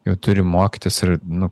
jau turi mokytis ir nu